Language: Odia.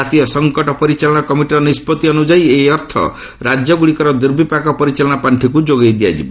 ଜାତୀୟ ସଂକଟ ପରିଚାଳନା କମିଟିର ନିଷ୍ପଭି ଅନୁଯାୟୀ ଏହି ଅର୍ଥ ରାକ୍ୟଗୁଡ଼ିକର ଦୁର୍ବିପାକ ପରିଚାଳନା ପାର୍ଷିକୁ ଯୋଗାଇ ଦିଆଯିବ